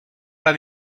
pas